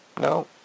No